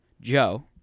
Joe